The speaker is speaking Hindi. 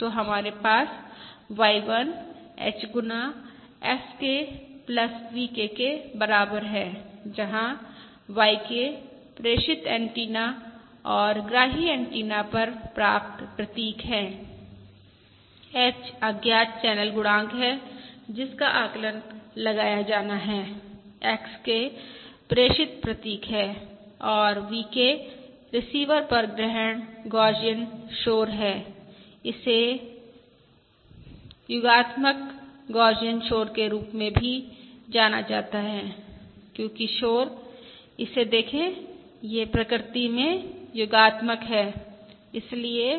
तो हमारे पास YI H गुना XK VK के बराबर है जहां YK प्रेषित एंटीना और ग्राही एंटीना पर प्राप्त प्रतीक है H अज्ञात चैनल गुणांक है जिसका आकलन लगाया जाना है XK प्रेषित प्रतीक है और VK रिसीवर पर ग्रहण गौसियन शोर है इसे एडिटिव गौसियन शोर के रूप में भी जाना जाता है क्योंकि शोर इसे देखें यह प्रकृति में एडिटिव है इसलिए